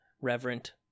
reverent